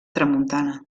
tramuntana